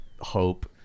hope